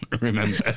remember